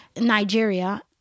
Nigeria